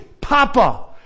Papa